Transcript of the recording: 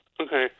Okay